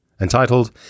Entitled